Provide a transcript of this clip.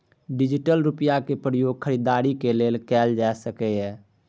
digital रुपैयाक प्रयोग खरीदारीक लेल कएल जा सकैए